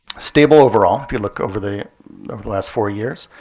stable overall if you look over the last four years,